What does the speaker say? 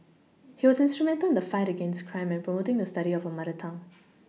he was instrumental in the fight against crime and promoting the study of a mother tongue